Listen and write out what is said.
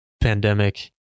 pandemic